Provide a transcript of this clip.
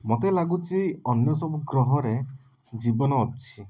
ମୋତେ ଲାଗୁଛି ଅନ୍ୟ ସବୁ ଗ୍ରହରେ ଜୀବନ ଅଛି